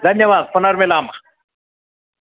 धन्यवादः पुनर्मिलामः